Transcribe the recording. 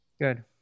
Good